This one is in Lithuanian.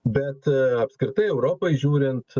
bet apskritai europai žiūrint